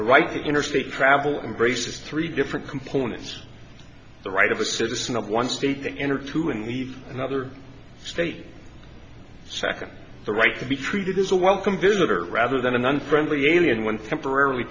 that interstate travel embraces three different components the right of a citizen of one state to enter to and leave another state second the right to be treated as a welcome visitor rather than an unfriendly alien one temporarily